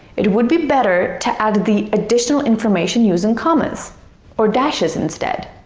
it would be better to add the additional information using commas or dashes instead.